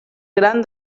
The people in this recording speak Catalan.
gran